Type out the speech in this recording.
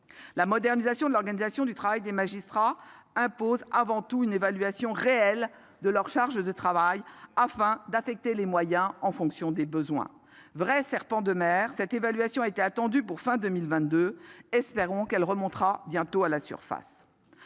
La modernisation de l'organisation du travail des magistrats impose avant tout une évaluation réelle de leur charge de travail, afin d'affecter les moyens en fonction des besoins. Véritable serpent de mer, cette évaluation était attendue pour la fin de 2022 ... Espérons qu'elle remontera bientôt à la surface